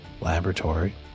laboratory